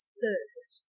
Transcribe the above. thirst